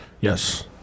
Yes